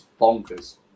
bonkers